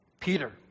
Peter